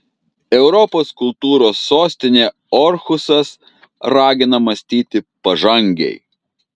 europos kultūros sostinė orhusas ragina mąstyti pažangiai